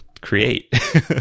create